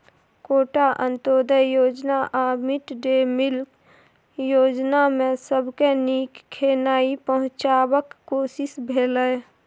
quota, अंत्योदय योजना आ मिड डे मिल योजनामे सबके नीक खेनाइ पहुँचेबाक कोशिश भेलै